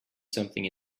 something